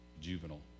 juvenile